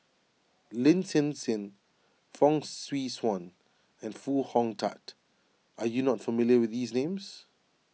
Lin Hsin Hsin Fong Swee Suan and Foo Hong Tatt are you not familiar with these names